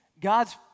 God's